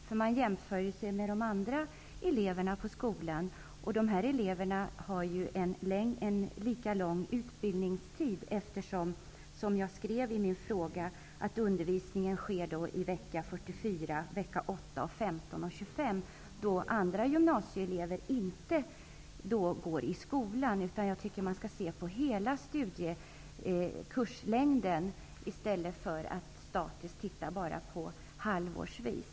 Dessa elever jämför sig naturligtvis med andra elever på skolan. De elever det här är fråga om har en lika lång utbildningstid som andra elever. Undervisning äger rum veckorna 44, 8, 15 och 25, då andra gymnasieelever inte går i skolan. Jag tycker att man skall se till hela kurslängden, i stället för att bara se det statiskt halvårsvis.